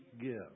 give